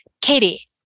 Katie